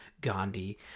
gandhi